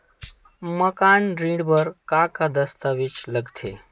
मकान ऋण बर का का दस्तावेज लगथे?